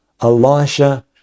Elisha